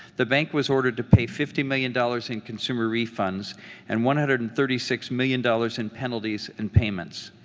the bank was ordered to pay fifty million dollars in consumer refunds and one hundred and thirty six million dollars in penalties and payments.